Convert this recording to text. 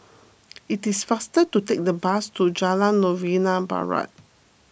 it is faster to take the bus to Jalan Novena Barat